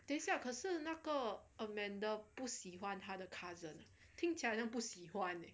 等一下可是那个 amanda 不喜欢他的 cousin 听起来好像不喜欢 leh